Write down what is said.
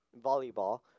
Volleyball